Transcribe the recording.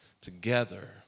together